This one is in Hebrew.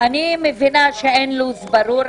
מבינה שאין לו"ז ברור,